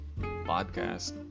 podcast